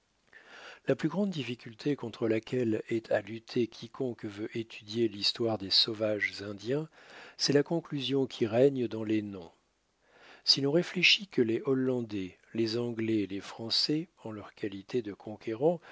la plus grande difficulté contre laquelle ait à lutter quiconque veut étudier l'histoire des sauvages indiens c'est la confusion qui règne dans les noms si l'on réfléchit que les hollandais les anglais et les français en leur qualité de conquérants